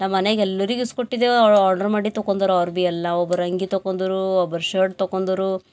ನಮ್ಮಮನೆಗೆ ಎಲ್ಲರಿಗು ಇಸ್ಕೊಟ್ಟಿದ್ದೇವೆ ಆರ್ಡ್ರ್ ಮಾಡಿ ತೊಗೊಂದರ್ ಅವ್ರು ಬಿ ಎಲ್ಲ ಒಬ್ರು ಅಂಗಿ ತೊಗೊಂದರೂ ಒಬ್ರು ಶರ್ಟ್ ತೊಗೊಂದರು